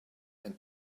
and